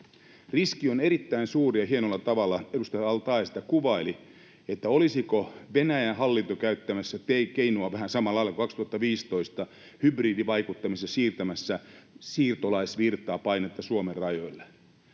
Riski on erittäin suuri, ja hienolla tavalla edustaja al-Taee sitä kuvaili, olisiko Venäjän hallinto käyttämässä keinoa vähän samalla lailla kuin 2015 hybridivaikuttamisessa ja siirtämässä siirtolaisvirtapainetta Suomen rajalle.